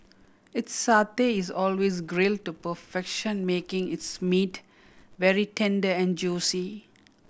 its satay is always grill to perfection making its meat very tender and juicy